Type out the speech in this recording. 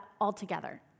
altogether